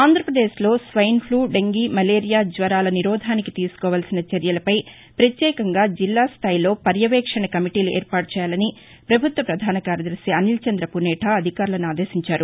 ఆంధ్రాపదేశ్లో swine flu dengue malaria జ్వరాల నిరోధానికి తీసుకోవాల్సిన చర్యలపై ప్రత్యేకంగా జిల్లా స్టాయిలో పర్యవేక్షణ కమిటీలు ఏర్పాటు చేయాలని ప్రభుత్వ ప్రధాన కార్యదర్శి అనిల్చంద పునేర అధికారులను ఆదేశించారు